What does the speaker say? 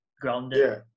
grounded